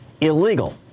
illegal